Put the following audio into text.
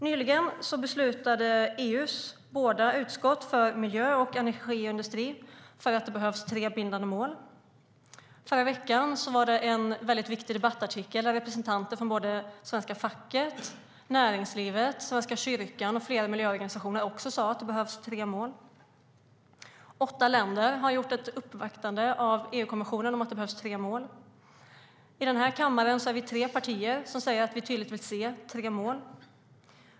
Nyligen beslutade EU:s båda utskott för miljö och energiindustri att det behövs tre bindande mål. Förra veckan kom en viktig debattartikel där representanter från svenska facket, näringslivet, Svenska kyrkan och flera miljöorganisationer också sade att det behövs tre mål. Åtta länder har uppvaktat EU-kommissionen med att det behövs tre mål. I den här kammaren är vi tre partier som tydligt säger att vi vill se tre mål.